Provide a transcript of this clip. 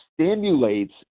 stimulates